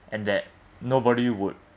and that nobody would